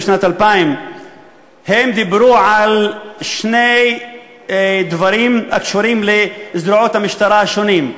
בשנת 2000. הם דיברו על שני דברים הקשורים לזרועות המשטרה השונות.